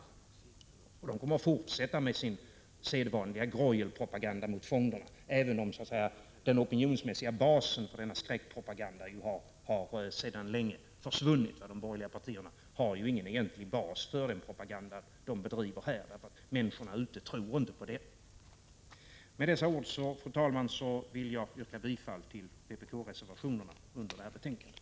De kommer också att fortsätta med sin sedvanliga greuelpropaganda mot fonderna, även om den opinionsmässiga basen för denna skräckpropaganda sedan länge har försvunnit. De borgerliga partierna har ju ingen egentlig bas för den propaganda som de bedriver här, för människorna utanför riksdagen tror inte på den. Med dessa ord, herr talman, vill jag yrka bifall till vpk-reservationerna vid detta betänkande.